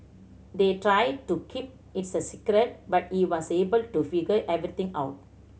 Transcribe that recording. they tried to keep a secret but he was able to figure everything out